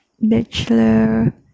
bachelor